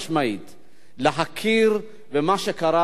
להכיר במה שקרה בארמניה,